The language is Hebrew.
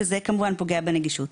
וכמובן פוגע בנגישות.